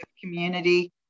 community